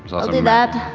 i'll do that.